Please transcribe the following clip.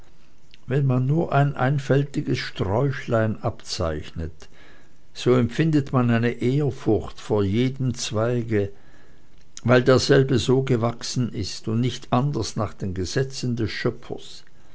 wenn man nur ein einfältiges sträuchlein abzeichnet so empfindet man eine ehrfurcht vor jedem zweige weil derselbe so gewachsen ist und nicht an ders nach den gesetzen des schöpfers